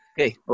Okay